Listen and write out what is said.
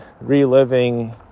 reliving